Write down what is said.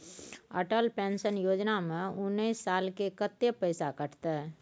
Atal pension योजना में उनैस साल के कत्ते पैसा कटते?